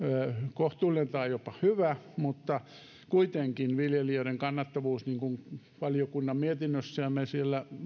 kohtuullinen tai jopa hyvä mutta kuitenkin viljelyn kannattavuus niin kuin valiokunnan mietinnössä kerrotaan ja me me siellä